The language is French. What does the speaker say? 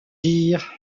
dire